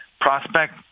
prospect